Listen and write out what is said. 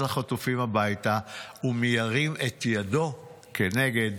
החטופים הביתה ומי ירים את ידו כנגד